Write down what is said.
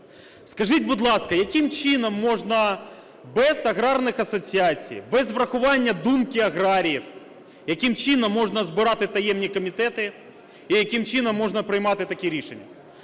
Скажіть, будь ласка, яким чином можна без аграрних асоціацій, без врахування думки аграріїв, яким чином можна збирати таємні комітети і яким чином можна приймати такі рішення?